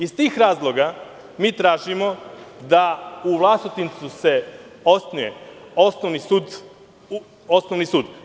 Iz tih razloga tražimo da se u Vlasotincu osnuje osnovni sud.